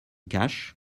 cash